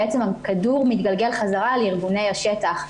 בעצם, הכדור מתגלגל בחזרה לארגוני השטח.